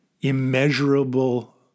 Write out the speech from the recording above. immeasurable